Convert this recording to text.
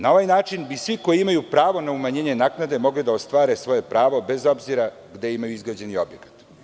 Na ovaj način bi svi koji imaju pravo na umanjenje naknade mogli da ostvare svoja prava bez obzira gde imaju izgrađeni objekat.